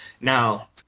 Now